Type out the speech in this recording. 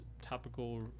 Topical